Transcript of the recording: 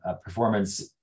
performance